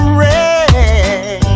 rain